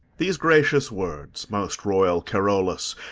these gracious words, most royal carolus,